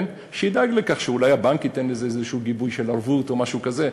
שידאג לכך שאולי הבנק ייתן לזה איזה גיבוי של ערבות או משהו כזה.